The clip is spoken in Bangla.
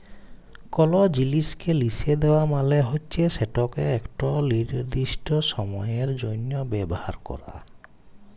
কল জিলিসকে লিসে দেওয়া মালে হচ্যে সেটকে একট লিরদিস্ট সময়ের জ্যনহ ব্যাভার ক্যরা